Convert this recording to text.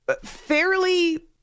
fairly